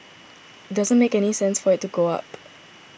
it doesn't make any sense for it to go up